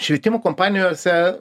švietimo kompanijose